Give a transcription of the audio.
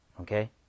okay